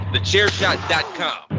TheChairShot.com